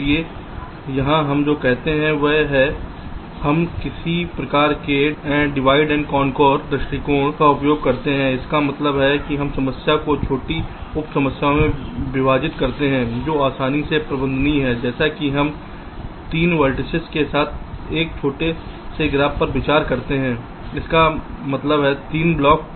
इसलिए यहां हम जो कहते हैं वह है हम किसी प्रकार के डिवाइडेड एंड कॉनकोर दृष्टिकोण का उपयोग करते हैं इसका मतलब है हम समस्या को छोटी उप समस्याओं में विभाजित करते हैं जो आसानी से प्रबंधनीय हैं जैसे कि हम 3 वेर्तिसेस के साथ एक छोटे से ग्राफ पर विचार करते हैं इसका मतलब है 3 ब्लॉक